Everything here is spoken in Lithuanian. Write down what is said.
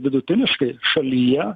vidutiniškai šalyje